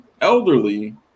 elderly